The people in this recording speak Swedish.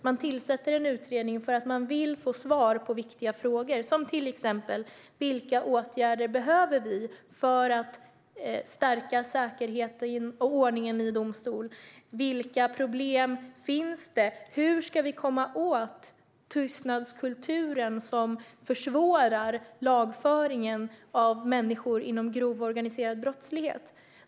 Man tillsätter en utredning för att man vill få svar på viktiga frågor, till exempel: Vilka åtgärder behöver vi vidta för att stärka säkerheten och ordningen i domstol? Vilka problem finns? Hur ska vi komma åt tystnadskulturen som försvårar lagföringen av människor inom grov organiserad brottslighet?